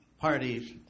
parties